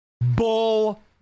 Bull